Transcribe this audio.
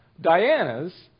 Diana's